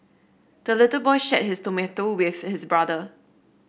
the little boy shared his tomato with his brother